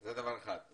זה דבר אחד.